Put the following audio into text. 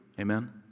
Amen